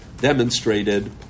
demonstrated